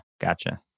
Gotcha